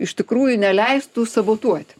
iš tikrųjų neleistų sabotuoti